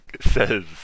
says